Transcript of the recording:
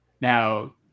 Now